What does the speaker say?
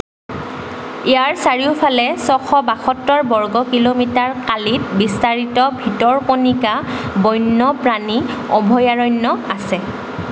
ইয়াৰ চাৰিওফালে ছশ বাসত্তৰ বৰ্গ কিলোমিটাৰ কালিত বিস্তাৰিত ভিতৰকণিকা বন্যপ্ৰাণী অভয়াৰণ্য আছে